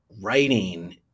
writing